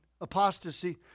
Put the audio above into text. apostasy